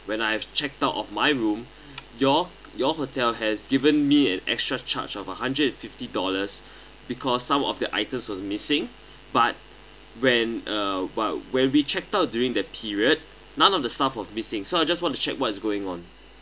when I've checked out of my room your your hotel has given me an extra charge of a hundred fifty dollars because some of the items was missing but when uh while when we checked out during that period none of the stuff of missing so I just want to check what's going on